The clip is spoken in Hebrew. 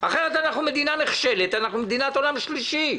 אחרת אנחנו מדינה נכשלת, אנחנו מדינת עולם שלישי.